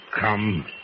come